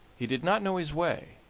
he did not know his way,